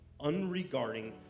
unregarding